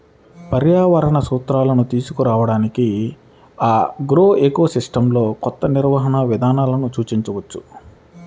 పర్యావరణ సూత్రాలను తీసుకురావడంఆగ్రోఎకోసిస్టమ్లోకొత్త నిర్వహణ విధానాలను సూచించవచ్చు